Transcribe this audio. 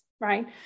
right